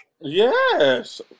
Yes